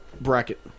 bracket